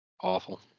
Awful